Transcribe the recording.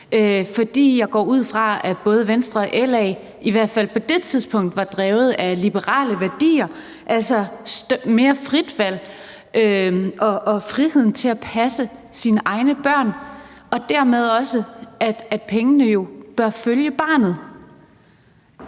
jeg går ud fra, at både Venstre og LA i hvert fald på det tidspunkt var drevet af liberale værdier, altså mere frit valg og friheden til at passe sine egne børn og jo dermed også, at pengene bør følge barnet.